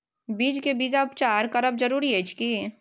बीज के बीजोपचार करब जरूरी अछि की?